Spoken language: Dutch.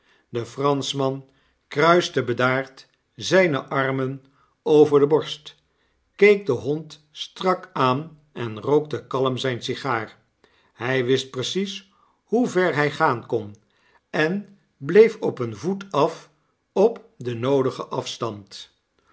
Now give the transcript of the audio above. de pranschman kruiste bedaard zyne armen over deborst keek den hond strak aan en rookte kalm zyne sigaar hy wist precies hoe ver hy gaan kon en bleef op een voet af op den noodigen afstand